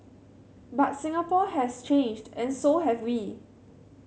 but Singapore has changed and so have we